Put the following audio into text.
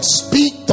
speak